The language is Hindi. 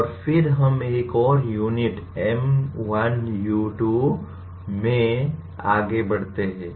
और फिर हम एक और यूनिट M1U2 में आगे बढ़ते हैं